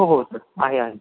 हो सर आहे